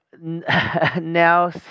Now